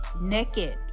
naked